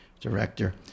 director